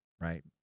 right